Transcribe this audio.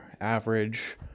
average